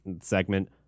segment